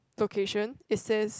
location it says